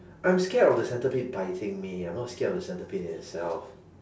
I'm scared of the centipede biting me I'm not scared of the centipede in itself